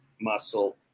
muscle